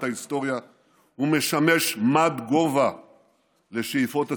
ההיסטוריה הוא משמש מד גובה לשאיפות הציונות,